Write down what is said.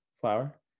flower